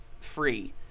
free